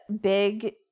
big